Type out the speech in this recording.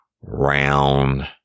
round